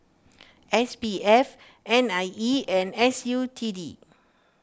S P F N I E and S U T D